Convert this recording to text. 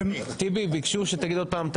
צריך להעריך את